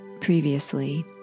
previously